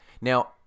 Now